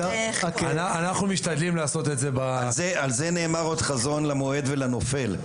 אנחנו משתדלים לעשות את זה --- על זה נאמר עוד חזון למועד ולנופל.